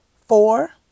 Four